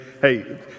Hey